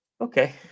Okay